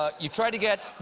ah you tried to get